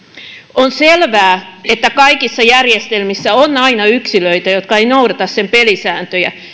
on selvää että kaikissa järjestelmissä on aina yksilöitä jotka eivät noudata sen pelisääntöjä